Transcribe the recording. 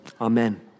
amen